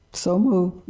so moved.